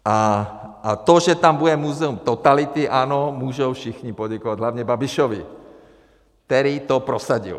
A to, že tam bude Muzeum totality, ano, můžou všichni poděkovat hlavně Babišovi, který to prosadil.